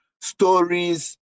stories